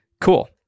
Cool